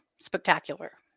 spectacular